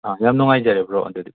ꯌꯥꯝ ꯅꯨꯡꯉꯥꯏꯖꯔꯦ ꯕ꯭ꯔꯣ ꯑꯗꯨꯗꯤ